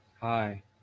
hi